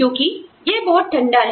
क्योंकि यह बहुत ठंडा है